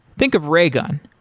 think of raygun.